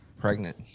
pregnant